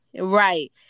Right